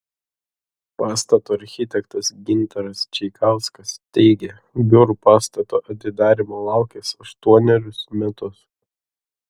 pastato architektas gintaras čeikauskas teigė biurų pastato atidarymo laukęs aštuonerius metus